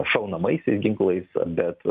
šaunamaisiais ginklais bet